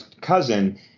cousin